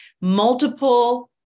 multiple